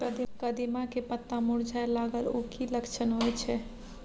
कदिम्मा के पत्ता मुरझाय लागल उ कि लक्षण होय छै?